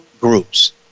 groups